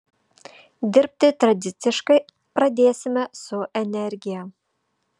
dirbti tradiciškai pradėsime su energija